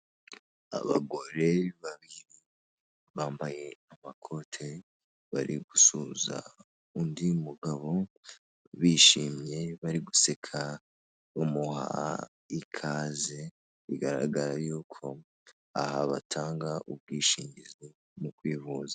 Abagore babiri bambaye amakote bari gusuza undi mugabo bishimye bari guseka bamuha ikaze bigaragara y'uko aha batanga ubwishingizi mu kwivuza.